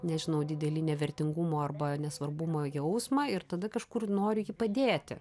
nežinau didelį nevertingumo arba nesvarbumo jausmą ir tada kažkur noriu jį padėti